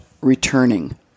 Returning